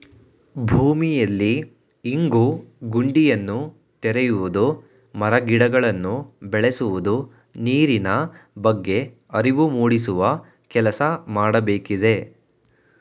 ಭೂಮಿಯಲ್ಲಿ ಇಂಗು ಗುಂಡಿಯನ್ನು ತೆರೆಯುವುದು, ಮರ ಗಿಡಗಳನ್ನು ಬೆಳೆಸುವುದು, ನೀರಿನ ಬಗ್ಗೆ ಅರಿವು ಮೂಡಿಸುವ ಕೆಲಸ ಮಾಡಬೇಕಿದೆ